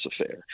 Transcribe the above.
affair